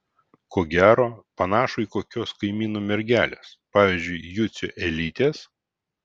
ko gero panašų į kokios kaimynų mergelės pavyzdžiui jucio elytės